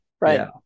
right